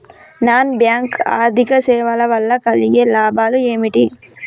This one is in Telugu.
నాన్ బ్యాంక్ ఆర్థిక సేవల వల్ల కలిగే లాభాలు ఏమిటి?